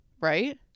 right